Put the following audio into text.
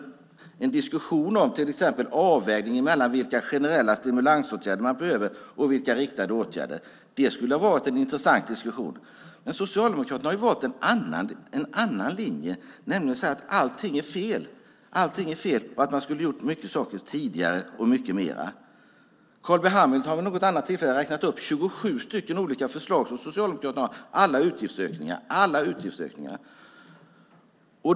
En diskussion om till exempel avvägningen mellan vilka generella stimulansåtgärder och vilka riktade åtgärder man vidtar skulle ha varit en intressant diskussion. Socialdemokraterna har ju valt en annan linje, nämligen att säga att allt är fel och att man skulle ha gjort saker tidigare och att man skulle ha gjort mer. Carl B Hamilton har vid något tillfälle räknat upp 27 olika förslag som Socialdemokraterna har - alla utgiftsökningar.